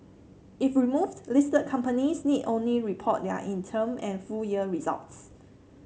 if removed listed companies need only report their interim and full year results